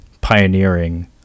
pioneering